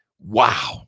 wow